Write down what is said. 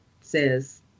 says